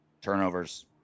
Turnovers